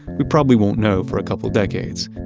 we probably won't know for a couple of decades,